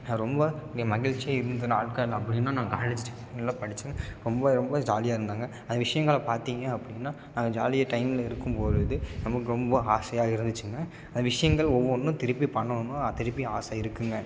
நான் ரொம்ப இங்கே மகிழ்ச்சியா இருந்த நாட்கள் அப்படின்னா நான் காலேஜ் டைமில் படித்தேன் ரொம்ப ரொம்ப ஜாலியாக இருந்தேங்க அந்த விஷயங்களை பார்த்தீங்க அப்படின்னா நாங்கள் ஜாலியாக டைமில் இருக்கும்பொழுது நமக்கு ரொம்ப ஆசையாக இருந்துச்சிங்க அந்த விஷயங்கள் ஒவ்வொன்றும் திருப்பி பண்ணணுன்னு திருப்பி ஆசை இருக்குங்க